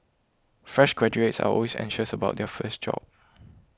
fresh graduates are always anxious about their first job